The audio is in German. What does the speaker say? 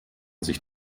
sich